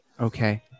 Okay